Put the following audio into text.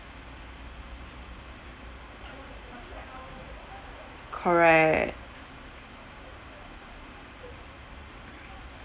correct